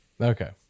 Okay